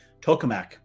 Tokamak